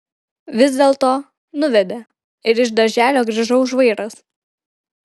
vis dėlto nuvedė ir iš darželio grįžau žvairas